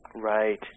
Right